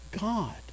God